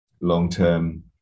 long-term